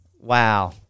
Wow